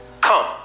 come